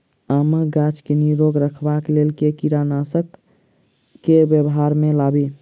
आमक गाछ केँ निरोग रखबाक लेल केँ कीड़ानासी केँ व्यवहार मे लाबी?